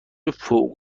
فوق